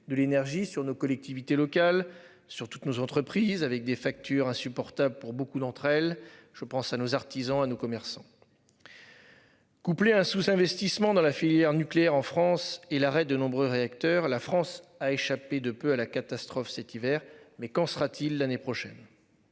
de l'énergie sur nos collectivités locales sur toutes nos entreprises avec des factures insupportable pour beaucoup d'entre elles, je pense à nos artisans à nos commerçants. Couplé à un sous-investissement dans la filière nucléaire en France et l'arrêt de nombreux réacteurs. La France a échappé de peu à la catastrophe cet hiver mais qu'en sera-t-il l'année prochaine.